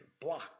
block